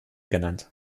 genannt